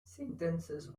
sentences